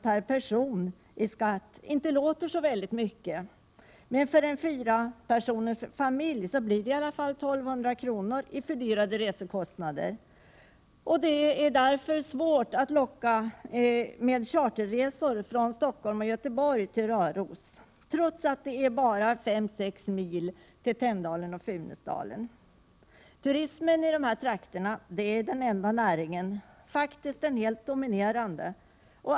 per person i skatt inte låter så mycket, men för en fyrapersonersfamilj blir det i alla fall 1 200 kr. i ökade resekostnader. Därför är det svårt att locka med charterresor från Stockholm och Göteborg till Röros, trots att det är bara fem sex mil till Tänndalen och Funäsdalen. Turismen är i de här trakterna den helt dominerande, för att inte säga den enda näringen.